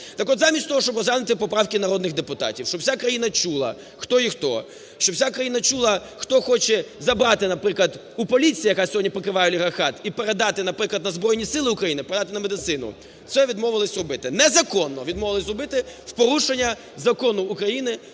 Так от, замість того щоб розглянути поправки народних депутатів, щоб вся країна чула, хто є хто, щоб вся країна чула, хто хоче забрати, наприклад, у поліції, яка сьогодні покриває олігархат, і передати, наприклад, на Збройні Сили України, передати на медицину, це відмовились робити, незаконно відмовились робити в порушення Закону України